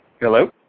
Hello